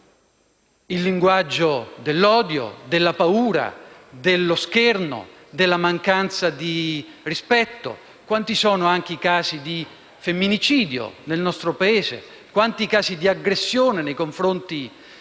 il linguaggio dell'odio, della paura, dello scherno e della mancanza di rispetto. Quanti sono anche i casi di femminicidio nel nostro Paese? Quanti i casi di aggressione nei confronti